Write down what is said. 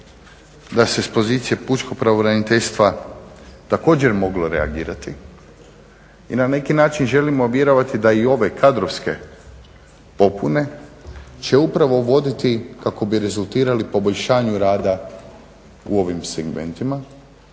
da se s pozicije pučkog pravobraniteljstva također moglo reagirati i na neki način želimo vjerovati da i ove kadrovske popune će upravo uvoditi kako bi rezultirali poboljšanju rada u ovim segmentima